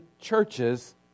churches